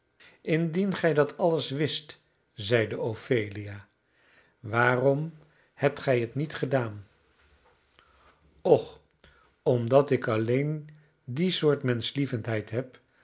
indien gij dat alles wist zeide ophelia waarom hebt gij het niet gedaan och omdat ik alleen die soort menschlievendheid heb